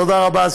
תודה רבה,